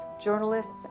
journalists